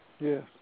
Yes